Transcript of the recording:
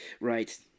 Right